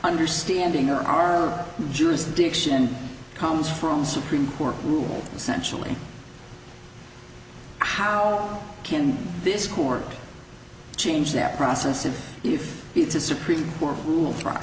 understanding our jurisdiction comes from the supreme court ruled essentially how can this court change that process and if it's a supreme court rule